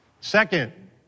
Second